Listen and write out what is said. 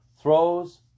throws